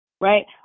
Right